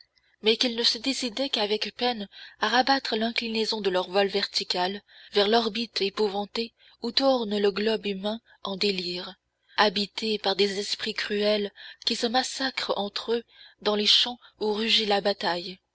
mais qu'ils ne se décidaient qu'avec peine à rabattre l'inclinaison de leur vol vertical vers l'orbite épouvanté où tourne le globe humain en délire habité par des esprits cruels qui se massacrent entre eux dans les champs où rugit la bataille